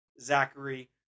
Zachary